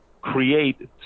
create